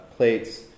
plates